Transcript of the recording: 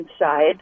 inside